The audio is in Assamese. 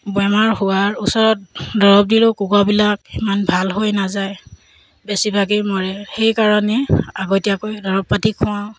বেমাৰ হোৱাৰ ওচৰত দৰৱ দিলেও কুকুৰাবিলাক ইমান ভাল হৈ নাযায় বেছিভাগেই মৰে সেইকাৰণে আগতীয়াকৈ দৰৱ পাতি খুৱাওঁ